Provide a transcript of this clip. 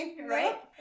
Right